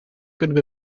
kunnen